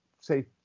say